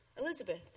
Elizabeth